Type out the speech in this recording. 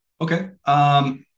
Okay